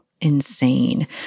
insane